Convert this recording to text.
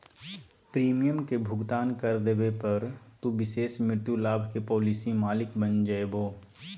premium के भुगतान कर देवे पर, तू विशेष मृत्यु लाभ के पॉलिसी मालिक बन जैभो